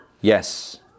Yes